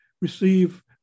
receive